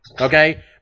Okay